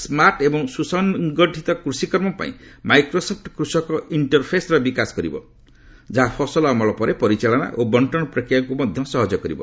ସ୍କାର୍ଟ ଏବଂ ସୁସଙ୍ଗଠିତ କୃଷିକର୍ମ ପାଇଁ ମାଇକ୍ରୋସଫୁ କୃଷକ ଇଣ୍ଟର୍ଫେସ୍ର ବିକାଶ କରିବ ଯାହା ଫସଲ ଅମଳ ପରେ ପରିଚାଳନା ଓ ବଙ୍କନ ପ୍ରକ୍ରିୟାକୁ ମଧ୍ୟ ସହଜ କରିବ